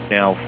Now